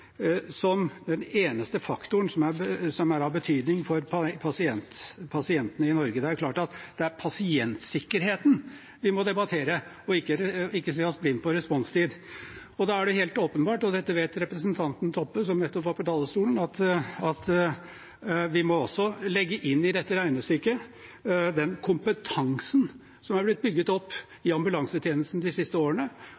som den eneste faktoren som er av betydning for pasientene i Norge. Det er pasientsikkerheten vi må debattere, og vi må ikke se oss blinde på responstid. Da er det helt åpenbart – og dette vet representanten Toppe, som nettopp var på talerstolen – at vi i dette regnestykket også må legge inn den kompetansen som har blitt bygget opp